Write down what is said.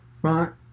front